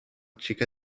chica